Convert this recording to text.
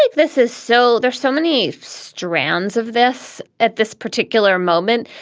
like this is so there's so many strands of this at this particular moment.